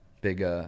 big